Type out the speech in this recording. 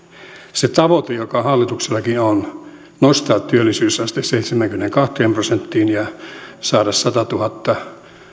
se tavoite joka hallituksellakin on nostaa työllisyysaste seitsemäänkymmeneenkahteen prosenttiin ja saada satatuhatta